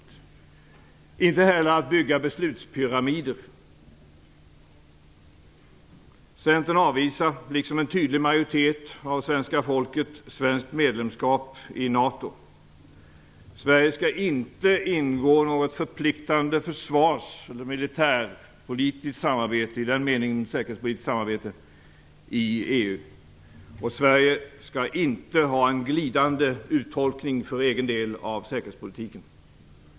Den skall inte heller vara att bygga beslutspyramider. Centern avvisar, liksom en tydlig majoritet av svenska folket, svenskt medlemskap i NATO. Sverige skall inte ingå i något förpliktande försvars eller militärpolitiskt samarbete - i den meningen inget säkerhetspolitiskt samarbete - i EU. Sverige skall inte för egen del ha en glidande uttolkning av säkerhetspolitiken.